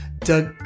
Doug